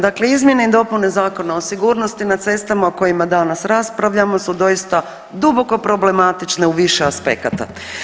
Dakle, izmjene i dopune Zakona o sigurnosti na cestama o kojima danas raspravljamo su doista duboko problematične u više aspekata.